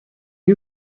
you